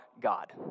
God